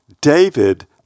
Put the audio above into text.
David